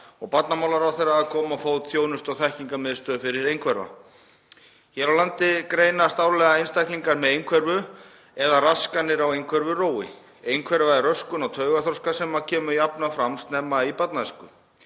og barnamálaráðherra að koma á fót þjónustu- og þekkingarmiðstöð fyrir einhverfa.“ Hér á landi greinast árlega einstaklingar með einhverfu eða raskanir á einhverfurófi. Einhverfa er röskun í taugaþroska sem kemur jafnan fram snemma í barnæsku.